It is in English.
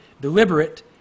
deliberate